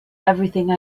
everything